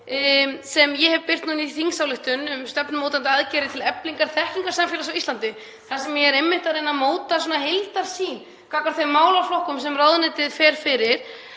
sem ég hef birt og er nú í samráðsgátt, um stefnumótandi aðgerðir til eflingar þekkingarsamfélags á Íslandi, þar sem ég er einmitt að reyna að móta heildarsýn gagnvart þeim málaflokkum sem ráðuneytið fer fyrir,